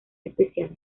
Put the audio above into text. especial